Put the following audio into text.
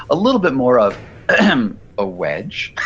a little bit more of ah um a wedge